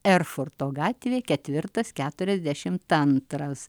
erfurto gatvė ketvirtas keturiasdešim antras